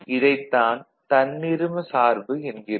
இதைத் தான் தன்னிரும சார்பு என்கிறோம்